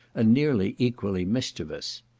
and nearly equally mischievous.